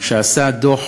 שעשה דוח